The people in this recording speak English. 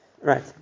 Right